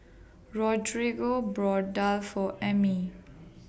Rodrigo bought Daal For Emmie